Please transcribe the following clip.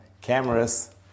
cameras